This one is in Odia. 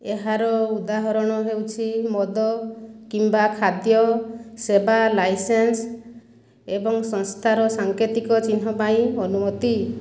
ଏହାର ଉଦାହରଣ ହେଉଛି ମଦ କିମ୍ବା ଖାଦ୍ୟ ସେବା ଲାଇସେନ୍ସ ଏବଂ ସଂସ୍ଥାର ସାଙ୍କେତିକ ଚିହ୍ନ ପାଇଁ ଅନୁମତି